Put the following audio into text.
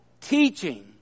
teaching